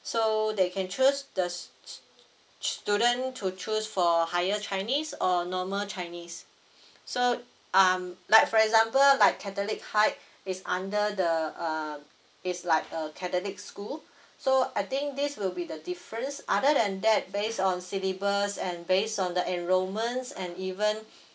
so they can choose the s~ s~ student to choose for higher chinese or normal chinese so um like for example like catholic high is under the uh is like a catholic school so I think this will be the difference other than that based on syllabus and based on the enrollments and even